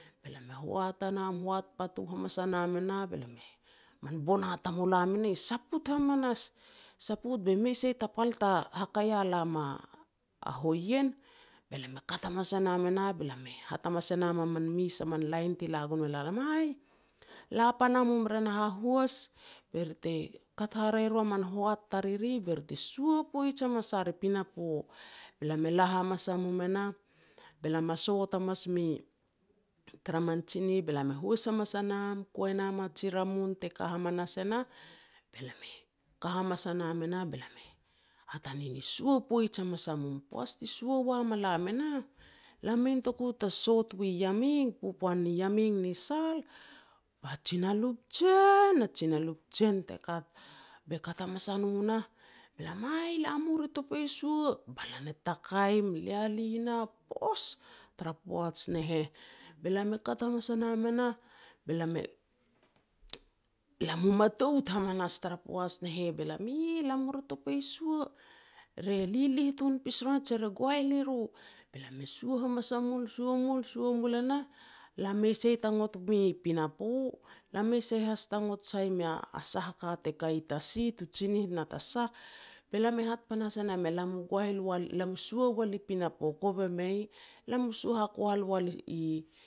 Be lam e hoat a nam, hoat patu hamas a nam e nah, be lam e, min bona tamulam e nah i saput hamanas, saput be mei sai tapal ta haka ia lam a hoien. Be lam e kat hamas e nam e nah be lam e hat hamas e nam a min mes a min lain ti la gon me la lam, "Aih, la pana mum re na hahuas, be ri te kat haraeh ro man hoat tariri, be ri te sua poij hamas ar i pinapo. Be lam e la hamas a mum enah be lam me sot hamas mui tara man tsinih, be lam e huas hamas a nam, kuei e nam a ji ramun te ka hamas e nah, be lam e ka hamas a nam e nah, be lam e hatane ni sua poij hamanas a mum. Poaj ti sua ua ma lam e nah, lam mei notoku ta sot wi Yameng, popoan ni Yameng ni Sal, ba jinalup jen jinalup jen te kat. Be kat hamas a no nah be lam, "Aih, la mu re topei sua." Balan e takaim, leale nah pos tara poaj ne heh, be lam e kat hamas a nam e nah, be lam e lam mu matout hamanas tara poaj ne heh be lam e la mu re topei sua, re lilih tun pis ru an je re guael i ru. Be lam e sua hamas a mul, sua mul, sua mul e nah, lam mei sai ta ngot mi pinapo, lam mei sai has ta ngot sai mea a sah a ka te ka i tasi tu tsinih na ta sah. Be lam e hat panahas ne nam e lam mu goael wal lam mu sua wal i pinapo kove mei. Lam mu sua ha kual wal i